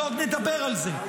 ועוד נדבר על זה.